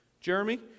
Jeremy